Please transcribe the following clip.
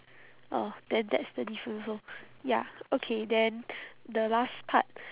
oh then that's the difference lor ya okay then the last part